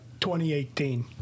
2018